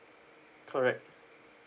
correct